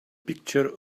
picture